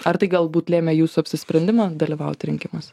ar tai galbūt lėmė jūsų apsisprendimą dalyvaut rinkimuose